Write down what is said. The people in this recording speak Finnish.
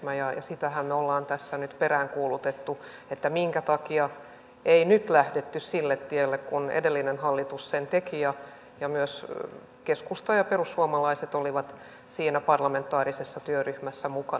sitähän me olemme tässä nyt peräänkuuluttaneet minkä takia ei nyt lähdetty sille tielle kun edellinen hallitus sen teki ja myös keskusta ja perussuomalaiset olivat siinä parlamentaarisessa työryhmässä mukana